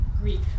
Greek